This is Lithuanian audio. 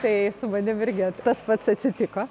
tai su manim irgi tas pats atsitiko